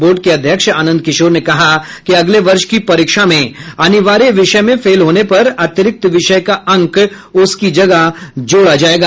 board के अध्यक्ष आनंद किशोर ने कहा कि अगले वर्ष की परीक्षा में अनिवार्य विषय में फेल होने पर अतिरिक्त विषय का अंक उसकी जगह जोड़ा जायेगा